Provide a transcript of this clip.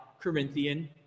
Corinthian